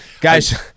Guys